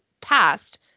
passed